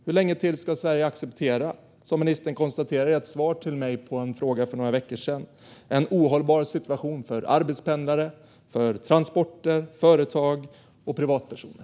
Hur länge till ska Sverige acceptera - som ministern konstaterar i ett svar till mig på en fråga för några veckor sedan - en ohållbar situation för arbetspendlare, transporter, företag och privatpersoner?